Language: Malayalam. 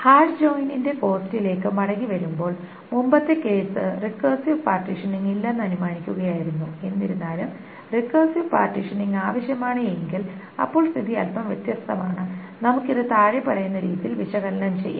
ഹാഷ് ജോയിനിന്റെ കോസ്റ്റിലേക്കു മടങ്ങിവരുമ്പോൾ മുമ്പത്തെ കേസ് റിക്കർസീവ് പാർട്ടീഷനിംഗ് ഇല്ലെന്നു അനുമാനിക്കുകയായിരുന്നു എന്നിരുന്നാലും റിക്കർസീവ് പാർട്ടീഷനിംഗ് ആവശ്യമാണ് എങ്കിൽ അപ്പോൾ സ്ഥിതി അല്പം വ്യത്യസ്തമാണ് നമുക്ക് ഇത് താഴെ പറയുന്ന രീതിയിൽ വിശകലനം ചെയ്യാം